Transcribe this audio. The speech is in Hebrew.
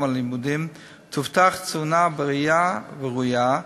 הלימודים תובטח תזונה בריאה וראויה,